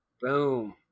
Boom